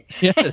Yes